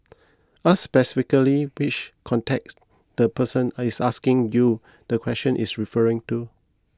ask specifically which context the person is asking you the question is referring to